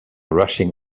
rushing